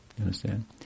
understand